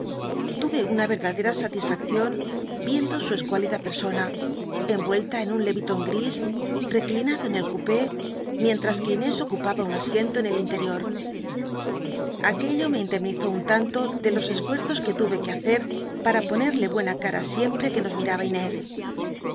tuve una verdadera salisfaccion viendo su escuálida petsona cnl'uclta en un leviton gtis reclinado en el cupé mientras que inés ocupaba un asiento en el interior aquello me indemnizó un tanto de los esfuerzos ue tll'c que hacer para ponerle buena ca ra siempre que nos mil'aba inés